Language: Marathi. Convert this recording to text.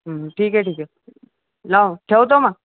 ठीक आहे ठीक आहे लाव ठेवतो मग हो